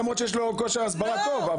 למרות שיש לו כושר הסברה טוב.